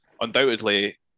undoubtedly